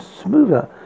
smoother